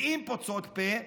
ואם פוצות פה,